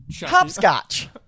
Hopscotch